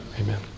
Amen